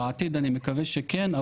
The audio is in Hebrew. בעתיד אני מקווה שכן,